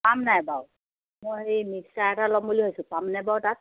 পাম নাই বাৰু মই সেই মিক্সাৰ এটা ল'ম বুলি ভাবিছোঁ পাম নাই বাৰু তাত